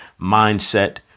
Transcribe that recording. mindset